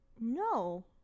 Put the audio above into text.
No